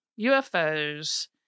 UFOs